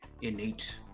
innate